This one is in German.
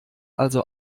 also